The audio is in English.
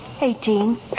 Eighteen